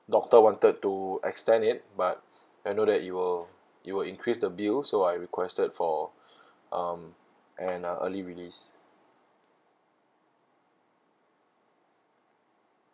doctor wanted to extend it but I know that it will it will increase the bill so I requested for um an uh early release